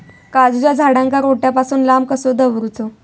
काजूच्या झाडांका रोट्या पासून लांब कसो दवरूचो?